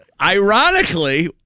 Ironically